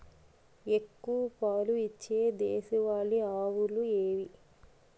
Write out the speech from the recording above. ఎక్కువ పాలు ఇచ్చే దేశవాళీ ఆవులు ఏవి?